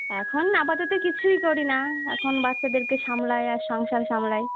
এখন আপাতত কিছুই করি না এখন বাচ্চাদেরকে সামলাই আর সংসার সামলাই